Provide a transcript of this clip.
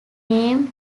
named